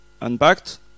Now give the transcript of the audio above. unpacked